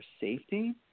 safety